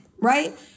right